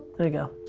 there you go.